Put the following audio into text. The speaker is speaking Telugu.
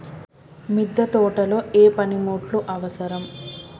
మిద్దె తోటలో ఏ పనిముట్లు అవసరం?